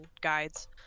guides